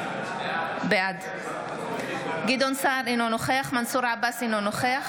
בעד גדעון סער, נגד מנסור עבאס, אינו נוכח